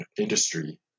industry